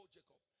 Jacob